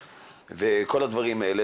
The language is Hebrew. וכל הדברים האלה,